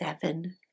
seven